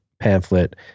pamphlet